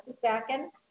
second